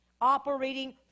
operating